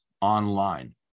online